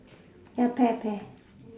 ya pear pear